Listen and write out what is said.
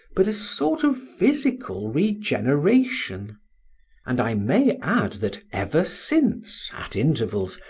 but a sort of physical regeneration and i may add that ever since, at intervals,